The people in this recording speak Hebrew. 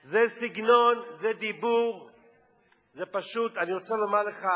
זה סגנון, זה דיבור, פשוט אני רוצה לומר לך,